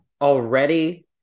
already